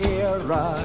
era